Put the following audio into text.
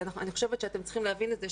אני חושבת שאתם צריכים להבין את זה,